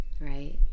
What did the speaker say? right